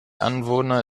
anwohner